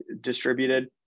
distributed